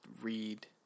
read